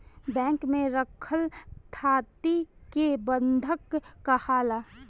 bank में रखल थाती के बंधक काहाला